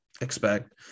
expect